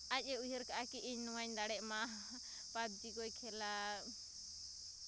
ᱟᱡ ᱮ ᱩᱭᱦᱟᱹᱨᱠᱟᱜᱼᱟ ᱠᱤ ᱤᱧ ᱱᱚᱣᱟᱧ ᱫᱟᱲᱮᱜ ᱢᱟ ᱯᱟᱵᱽᱡᱤᱠᱚᱭ ᱠᱷᱮᱞᱟ